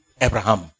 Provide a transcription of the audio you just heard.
Abraham